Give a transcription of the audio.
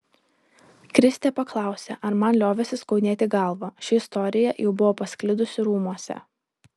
kristė paklausė ar man liovėsi skaudėti galvą ši istorija jau buvo pasklidusi rūmuose